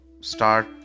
start